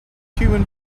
human